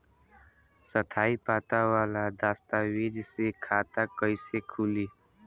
स्थायी पता वाला दस्तावेज़ से खाता कैसे खुली?